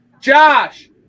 Josh